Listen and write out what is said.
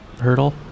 hurdle